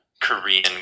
Korean